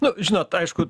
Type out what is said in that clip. nu žinot aišku